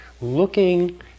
looking